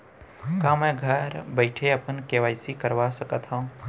का मैं घर बइठे अपन के.वाई.सी करवा सकत हव?